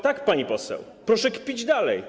Tak, pani poseł, proszę kpić dalej.